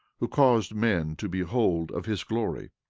who caused men to behold of his glory.